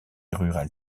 rurale